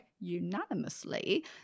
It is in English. unanimously